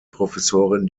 professorin